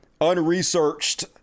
unresearched